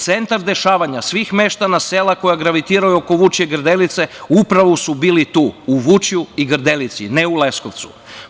Centar dešavanja svih meštana sela koja gravitiraju oko Vučija i Grdelice upravo su bili tu, u Vučiju i Grdelici, ne u Leskovcu.